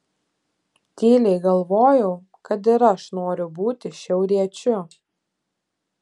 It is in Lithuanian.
tyliai galvojau kad ir aš noriu būti šiauriečiu